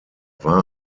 war